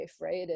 right